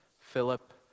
Philip